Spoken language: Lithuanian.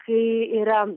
kai yra